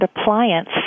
appliance